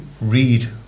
read